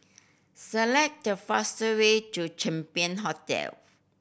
select the faster way to Champion Hotel